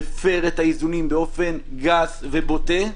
שמפר את האיזונים באופן גס ובוטה,